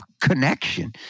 connection